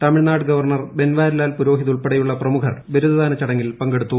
Tamil Nadu governor Banwarilal Purohit ഉൾപ്പെടെയുള്ള പ്രമുഖർ ബിരു ദദാന ചടങ്ങിൽ പങ്കെടുത്തു